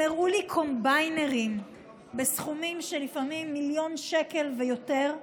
הם הראו לי קומביינים בסכומים של לפעמים מיליון שקל ויותר,